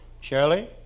Shirley